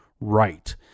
Right